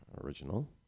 Original